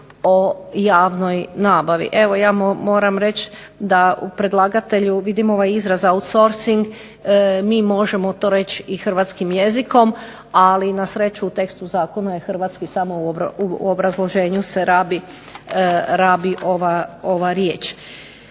o javnoj nabavi. Evo ja moram reći da u predlagatelju vidim ovaj izraz outsourcing, mi možemo to reći i hrvatskim jezikom, ali na sreću u tekstu zakona je hrvatski samo u obrazloženju se rabi ova riječ.